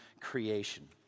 creation